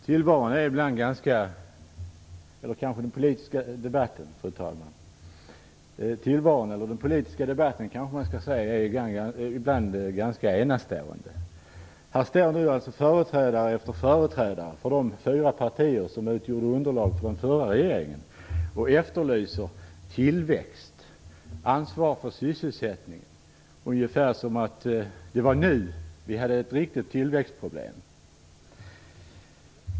Fru talman! Tillvaron - eller den politiska debatten, kanske man skall säga - är ganska enastående. Här står nu företrädare efter företrädare för de fyra partier som utgjorde underlag för den förra regeringen och efterlyser tillväxt och ansvar för sysselsättningen, ungefär som om det var nu vi hade ett riktigt tillväxtproblem.